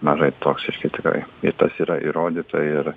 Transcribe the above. mažai toksiški tikrai ir tas yra įrodyta ir